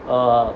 oh